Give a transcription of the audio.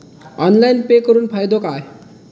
Online pay करुन फायदो काय?